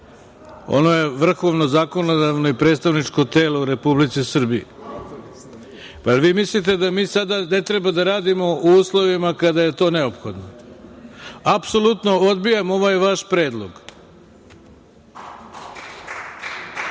Ono je vrhovno zakonodavno i predstavničko telo u Republici Srbiji. Da li vi mislite da mi sada ne treba da radimo u uslovima kada je to neophodno? Apsolutno odbijam ovaj vaš predlog. Bez